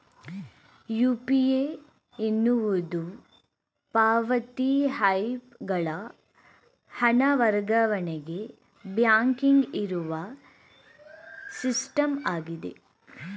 UPI ಎನ್ನುವುದು ಪಾವತಿ app ಗಳ ಹಣ ವರ್ಗಾವಣೆಗೆ ಬ್ಯಾಂಕಿಂಗ್ ಇರುವ ಸಿಸ್ಟಮ್ ಆಗಿದೆ